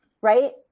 Right